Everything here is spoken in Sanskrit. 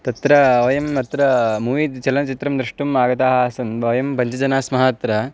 तत्र वयम् अत्र मूवी चलनचित्रं द्रष्टुम् आगतः आसन् वयं पञ्चजनास्मः अत्र